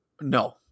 No